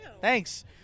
thanks